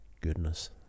Goodness